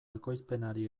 ekoizpenari